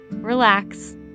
relax